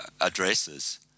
addresses